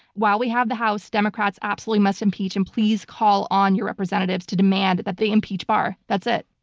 while we have the house, democrats absolutely must impeach and please call on your representatives to demand that they impeach barr, that's it.